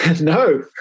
No